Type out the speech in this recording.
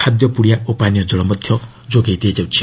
ଖାଦ୍ୟ ପୁଡ଼ିଆ ଓ ପାନୀୟ କଳ ମଧ୍ୟ ଯୋଗାଇ ଦିଆଯାଇଛି